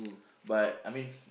but I mean